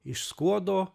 iš skuodo